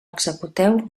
executeu